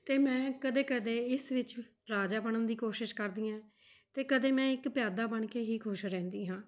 ਅਤੇ ਮੈਂ ਕਦੇ ਕਦੇ ਇਸ ਵਿੱਚ ਰਾਜਾ ਬਣਨ ਦੀ ਕੋਸ਼ਿਸ਼ ਕਰਦੀ ਐਂ ਅਤੇ ਕਦੇ ਮੈਂ ਇੱਕ ਪਿਆਦਾ ਬਣ ਕੇ ਹੀ ਖੁਸ਼ ਰਹਿੰਦੀ ਹਾਂ